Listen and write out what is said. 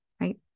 right